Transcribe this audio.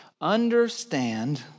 understand